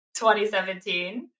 2017